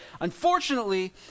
Unfortunately